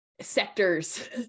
sectors